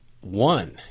one